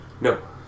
No